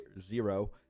zero